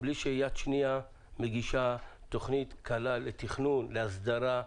בלי שהיד שנייה מגישה תכנית קלה לתכנון, להסדרה.